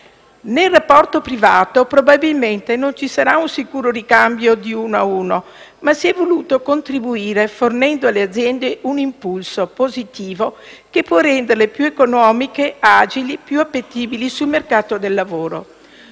Nel rapporto privato probabilmente non ci sarà un sicuro ricambio di uno a uno, ma si è voluto contribuire fornendo alle aziende un impulso positivo che può renderle più economiche, agili e più appetibili sul mercato del lavoro.